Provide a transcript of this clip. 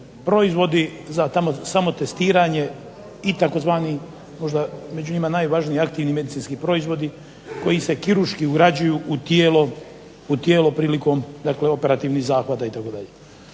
proizvodi za samotestiranje i tzv. možda njemu njima najvažniji aktivni medicinski proizvodi koji se kirurški ugrađuju u tijelo prilikom dakle operativnih zahvata itd.